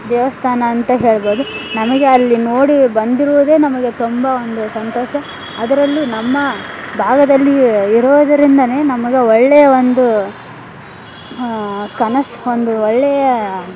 ದೇವಸ್ಥಾನ ಅಂತ ಹೇಳ್ಬೋದು ನಮಗೆ ಅಲ್ಲಿ ನೋಡಿ ಬಂದಿರುವುದೇ ನಮಗೆ ತುಂಬ ಒಂದು ಸಂತೋಷ ಅದರಲ್ಲೂ ನಮ್ಮ ಭಾಗದಲ್ಲಿಯೇ ಇರೋದ್ರಿಂದಲೇ ನಮ್ಗೆ ಒಳ್ಳೆಯ ಒಂದು ಕನಸು ಒಂದು ಒಳ್ಳೆಯ